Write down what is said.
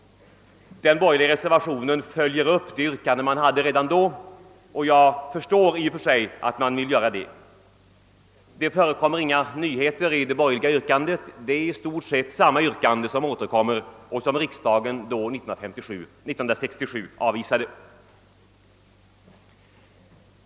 De borgerliga reservanterna följer upp det yrkande man redan då ställde. Jag förstår i och för sig att de vill göra det. Det förekommer alltså inga nyheter i den borgerliga reservationen; det är i stort sett samma yrkande som riksdagen avvisade år 1967.